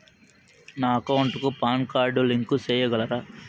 నా అకౌంట్ కు PAN card link సేయగలరా?